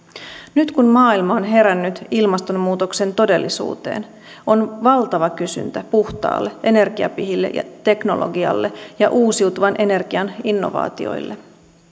nyt kun maailma on herännyt ilmastonmuutoksen todellisuuteen on valtava kysyntä puhtaalle energiapihille teknologialle ja uusiutuvan energian innovaatioille